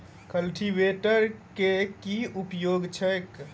Cultivator केँ की उपयोग छैक?